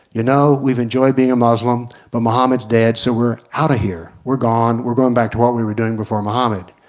you now we've enjoyed being a muslim but mohammed's dead, so we're out of here, we're gone, we're going back to what we were doing before mohammad.